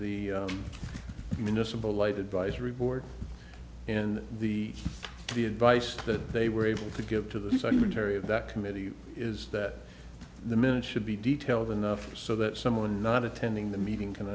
the municipal light advisory board and the the advice that they were able to give to this on material that committee is that the minutes should be detailed enough so that someone not attending the meeting can